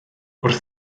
wrth